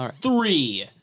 three